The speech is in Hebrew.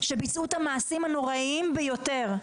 שביצעו את המעשים הנוראיים ביותר,